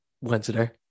Wednesday